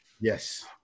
Yes